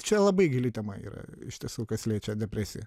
čia labai gili tema yra iš tiesų kas liečia depresiją